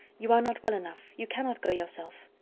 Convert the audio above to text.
you are not well enough you cannot go yourself.